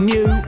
New